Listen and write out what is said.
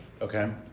Okay